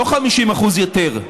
לא 50% יותר,